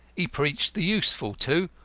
he preached the useful, too.